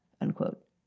unquote